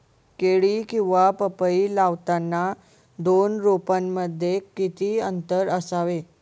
केळी किंवा पपई लावताना दोन रोपांमध्ये किती अंतर असावे?